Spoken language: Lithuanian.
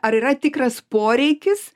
ar yra tikras poreikis